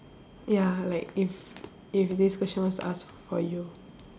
ya like if if this question was ask for you